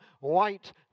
white